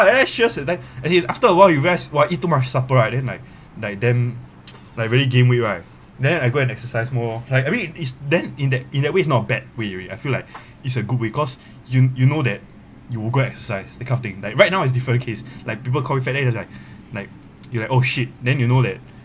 but then sures that time as in after a while we rest oh eat too much supper then like like dame like really gain weight right then I go and exercise more lor like I mean is then in that in that way is not bad way already I feel like it's a good way because you you know that you would go exercise that kind of thing like right now is different case like people call you fat then they like like you like oh shit then you know that